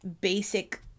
basic